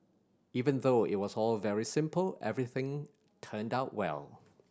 even though it was all very simple everything turned out well